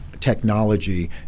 technology